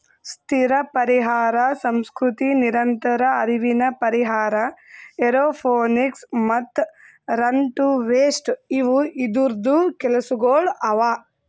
ಸ್ಥಿರ ಪರಿಹಾರ ಸಂಸ್ಕೃತಿ, ನಿರಂತರ ಹರಿವಿನ ಪರಿಹಾರ, ಏರೋಪೋನಿಕ್ಸ್ ಮತ್ತ ರನ್ ಟು ವೇಸ್ಟ್ ಇವು ಇದೂರ್ದು ಕೆಲಸಗೊಳ್ ಅವಾ